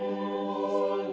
and